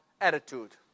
attitude